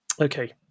Okay